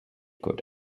good